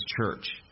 church